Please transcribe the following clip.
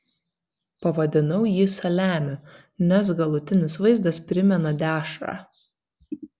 pavadinau jį saliamiu nes galutinis vaizdas primena dešrą